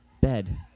bed